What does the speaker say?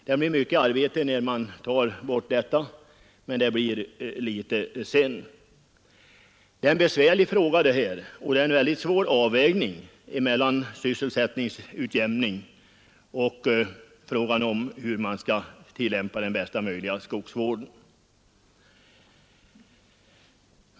Det blir mycket arbete när man avverkar skogen, men det blir litet arbete sedan. Det här är en besvärlig fråga om avvägningen mellan en lämplig utjämning av sysselsättningen och tillämpningen av bästa möjliga skogsvård.